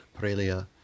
prelia